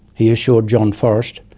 he assured john forrest,